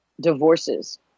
divorces